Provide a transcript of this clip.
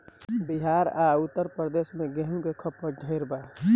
बिहार आ उत्तर प्रदेश मे गेंहू के खपत ढेरे बा